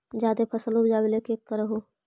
जादे फसल उपजाबे ले की कर हो?